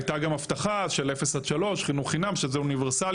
הייתה גם הבטחה של 0 עד 3 חינוך חינם שזה אוניברסלי,